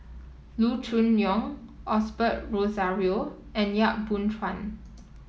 Loo Choon Yong Osbert Rozario and Yap Boon Chuan